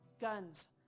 guns